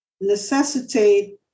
necessitate